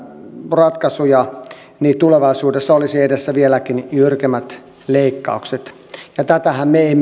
ratkaisuja niin tulevaisuudessa olisi edessä vieläkin jyrkemmät leikkaukset ja tätähän me emme